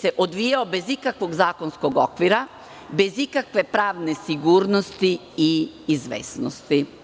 se odvijale bez ikakvog zakonskog okvira, bez ikakve pravne sigurnosti i izvesnosti.